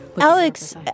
Alex